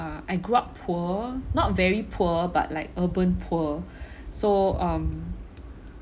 uh I grew up poor not very poor but like urban poor so um